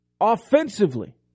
offensively